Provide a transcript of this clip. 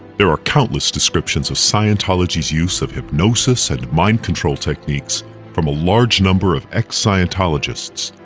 there are countless descriptions of scientology's use of hypnosis and mind control techniques from a large number of ex-scientologists,